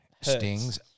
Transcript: stings